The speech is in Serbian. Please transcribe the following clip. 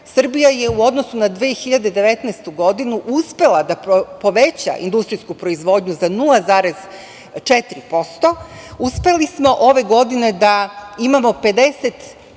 Srbija je u odnosu na 2019. godinu uspela da poveća industrijsku proizvodnju za 0,4%, uspeli smo ove godine da imamo